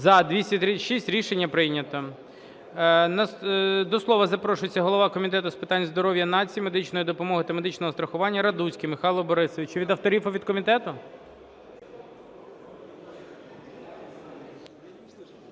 За-236 Рішення прийнято. До слова запрошується голова Комітету з питань здоров’я нації, медичної допомоги та медичного страхування Радуцький Михайло Борисович. Від авторів і від комітету? Будь